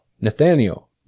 Nathaniel